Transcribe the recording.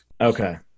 Okay